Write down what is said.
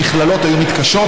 המכללות היו מתקשות.